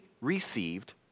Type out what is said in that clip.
received